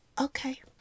Okay